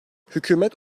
hükümet